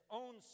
own